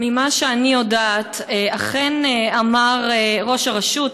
ממה שאני יודעת אכן אמר ראש הרשות,